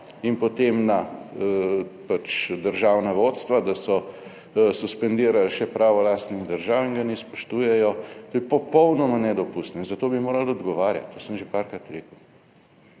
in potem na pač državna vodstva, da so suspendirali še pravo lastnih držav in ga ne spoštujejo, to je popolnoma nedopustno in zato bi morali odgovarjati. To sem že parkrat rekel.